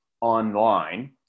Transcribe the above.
online